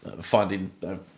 finding